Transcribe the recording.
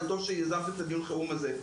וטוב שיזמתם את דיון החירום הזה,